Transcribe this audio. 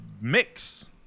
mix